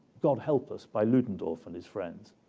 god help us, by ludendorff and his friends.